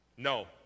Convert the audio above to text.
No